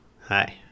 Hi